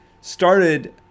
started